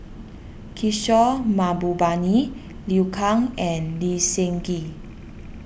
Kishore Mahbubani Liu Kang and Lee Seng Gee